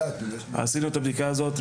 עשינו את הבדיקה הזאת.